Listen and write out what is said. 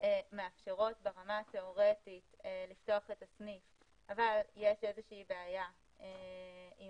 מאפשרות ברמה התיאורטית לפתוח את הסניף אבל יש איזושהי בעיה עם